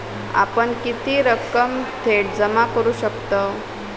आपण किती रक्कम थेट जमा करू शकतव?